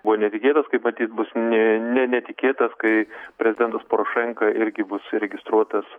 buvo netikėtas kaip matyt bus ne ne netikėtas kai prezidentas porošenka irgi bus įregistruotas